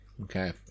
Okay